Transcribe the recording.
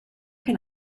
can